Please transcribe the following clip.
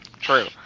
True